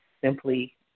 Simply